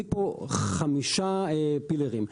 נמצאים פה חמישה "פילרים".